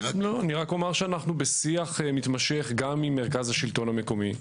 רק אומר שאנחנו בשיח מתמשך גם עם מרכז השלטון המקומי.